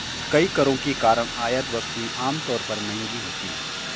कई करों के कारण आयात वस्तुएं आमतौर पर महंगी होती हैं